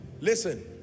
Listen